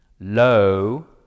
Lo